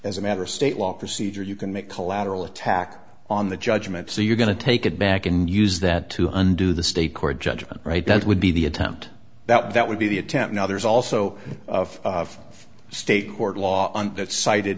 as a matter of state law procedure you can make collateral attack on the judgment so you're going to take it back and use that to undo the state court judgment right that would be the attempt that would be the attempt now there's also of state court law that cited i